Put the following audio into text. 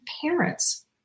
parents